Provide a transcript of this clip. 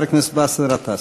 חבר הכנסת באסל גטאס.